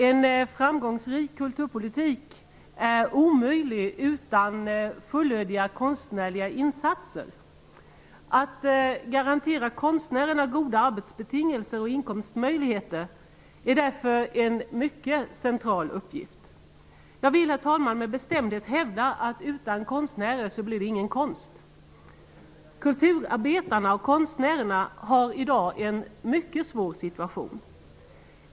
En framgångsrik kulturpolitik är omöjlig utan fullödiga konstnärliga insatser. Att garantera konstnärer goda arbetsbetingelser och inkomstmöjligheter är därför en mycket central uppgift. Jag vill, herr talman, med bestämdhet hävda att utan konstnärer blir det ingen konst! Kulturarbetarna/konstnärerna har i dag en mycket svår situation.